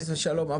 חס ושלום.